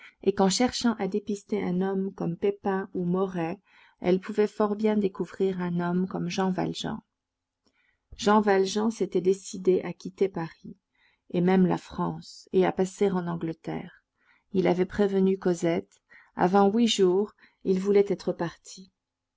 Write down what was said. et qu'en cherchant à dépister un homme comme pépin ou morey elle pouvait fort bien découvrir un homme comme jean valjean jean valjean s'était décidé à quitter paris et même la france et à passer en angleterre il avait prévenu cosette avant huit jours il voulait être parti